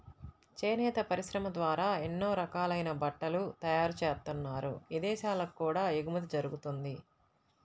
చేనేత పరిశ్రమ ద్వారా ఎన్నో రకాలైన బట్టలు తయారుజేత్తన్నారు, ఇదేశాలకు కూడా ఎగుమతి జరగతంది